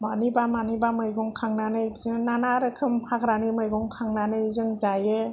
मानिबा मानिबा मैगं खानानै बिदिनो बायदि रोखोम हाग्रानि मैगं खांनानै जों जायो